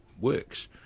works